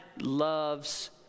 loves